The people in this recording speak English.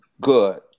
good